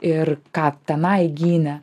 ir ką tenai gynė